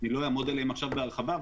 לא אעמוד עליהם עכשיו בהרחבה,